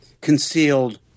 concealed